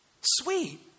sweet